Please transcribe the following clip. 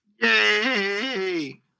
Yay